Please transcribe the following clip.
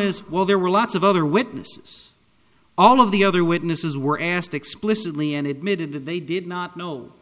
is while there were lots of other witnesses all of the other witnesses were asked explicitly and admitted that they did not know